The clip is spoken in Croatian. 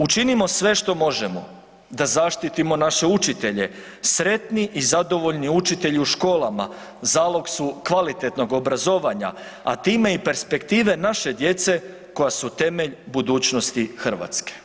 Učinimo sve što možemo da zaštitimo naše učitelje, sretni i zadovoljni učitelji u školama zalog su kvalitetnog obrazovanja, a time i perspektive naše djece koja su temelj budućnosti Hrvatske.